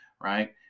right